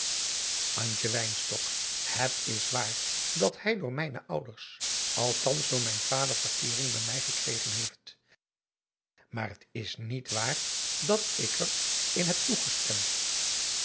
het is waar dat hij door mijne ouders althans door mijn vader verkeering bij mij gekregen heeft maar het is niet waar dat ik er in heb toegestemd